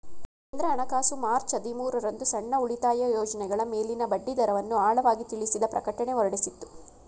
ಕೇಂದ್ರ ಹಣಕಾಸು ಮಾರ್ಚ್ ಹದಿಮೂರು ರಂದು ಸಣ್ಣ ಉಳಿತಾಯ ಯೋಜ್ನಗಳ ಮೇಲಿನ ಬಡ್ಡಿದರವನ್ನು ಆಳವಾಗಿ ತಿಳಿಸಿದ ಪ್ರಕಟಣೆ ಹೊರಡಿಸಿತ್ತು